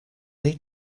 need